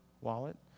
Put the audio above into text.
wallet